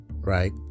Right